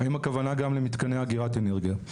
האם הכוונה גם למתקני אגירת אנרגיה?